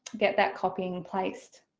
get that copying placed